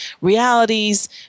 realities